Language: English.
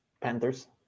Panthers